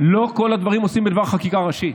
לא את כל הדברים עושים בדבר חקיקה ראשית.